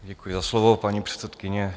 Děkuji za slovo, paní předsedkyně.